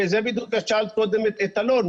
את שאלת קודם את אלון,